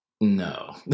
no